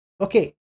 Okay